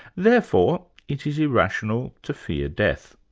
therefore it is irrational to fear death.